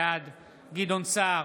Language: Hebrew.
בעד גדעון סער,